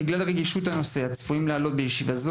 בגלל רגישות הנושא הצפויה לעלות בישיבה זאת